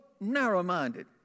narrow-minded